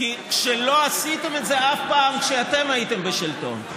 כי לא עשיתם את זה אף פעם כשאתם הייתם בשלטון,